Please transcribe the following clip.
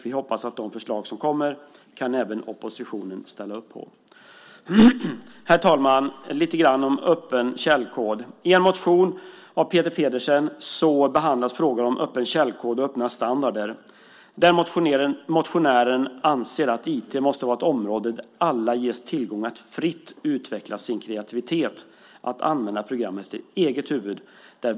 Vi hoppas att även oppositionen kan ställa upp på de förslag som kommer. Herr talman! Jag ska säga lite grann om öppen källkod. I en motion av Peter Pedersen behandlas frågan om öppen källkod och öppna standarder. Motionären anser att IT måste vara ett område där alla ges tillgång att fritt utveckla sin kreativitet och att använda program efter eget huvud.